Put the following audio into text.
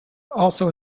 also